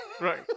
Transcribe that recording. Right